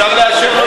אפשר לאשר לו